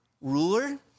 ruler